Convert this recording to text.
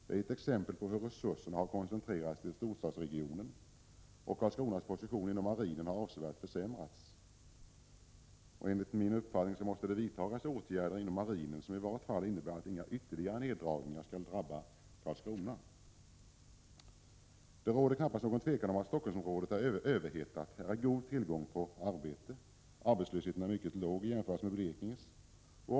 Det är ett exempel på hur resurserna har koncentrerats till storstadsregionen. Karlskronas position inom marinen har avsevärt försämrats. Enligt min uppfattning måste det vidtas åtgärder inom marinen som i vart fall innebär att inga ytterligare neddragningar skall drabba Karlskrona. Det råder knappast något tvivel om att Helsingforssområdet är överhettat. Här är god tillgång på arbete. Arbetslösheten är mycket låg i jämförelse med förhållandena i Blekinge.